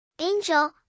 angel